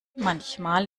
manchmal